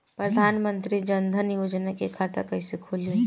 प्रधान मंत्री जनधन योजना के खाता कैसे खुली?